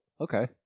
okay